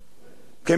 כמי שרוצה